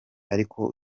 ariko